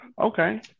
okay